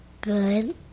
Good